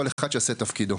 כל אחד שיעשה את תפקידו.